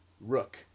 Rook